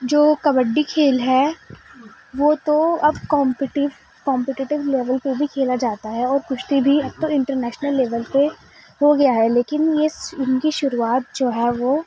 جو کبڈی کھیل ہے وہ تو اب کامپٹیو کامپٹیٹیو لیول پہ بھی کھیلا جاتا ہے اور کشتی بھی اب تو انٹرنیشنل لیول پہ ہو گیا ہے لیکن یہ ان کی شروعات جو ہے وہ